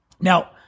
Now